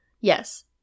Yes